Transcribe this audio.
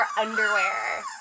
underwear